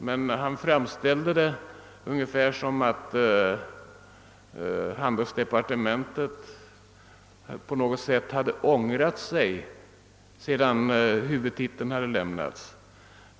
Men han framställde det ungefär som om handelsdepartementet på något sätt hade ångrat sig sedan huvudtiteln lämnats.